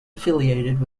affiliated